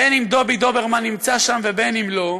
בין שדובי דוברמן נמצא שם ובין שלא,